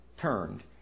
turned